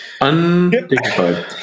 undignified